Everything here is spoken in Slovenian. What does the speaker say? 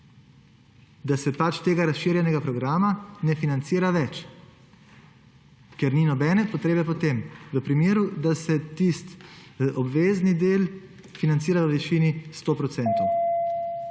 da se pač tega razširjenega programa ne financira več, ker ni nobene potrebe po tem v primeru, da se tisti obvezni del financira v višini 100 %.